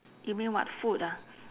you mean what food ah